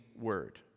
word